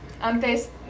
antes